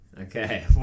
Okay